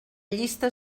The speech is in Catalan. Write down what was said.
llista